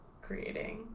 creating